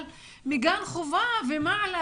אבל מגן חובה ומעלה,